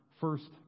first